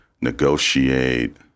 negotiate